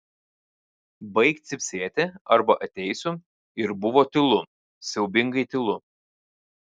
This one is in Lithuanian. baik cypsėti arba ateisiu ir buvo tylu siaubingai tylu